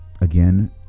again